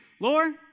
Lord